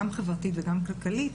גם חברתית וגם כלכלית,